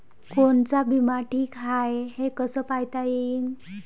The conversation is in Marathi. कोनचा बिमा ठीक हाय, हे कस पायता येईन?